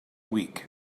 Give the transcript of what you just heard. week